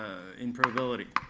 in probability.